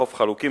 חוף חלוקים,